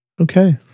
Okay